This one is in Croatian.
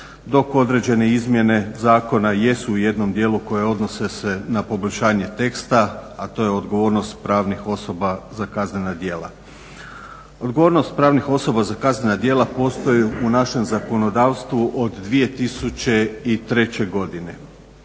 dok određene izmjene zakona jesu u jednom dijelu koje odnose se na poboljšanje teksta, a to je odgovornost pravnih osoba za kaznena djela. Odgovornost pravnih osoba za kaznena djela postoji u našem zakonodavstvu od 2003. godine.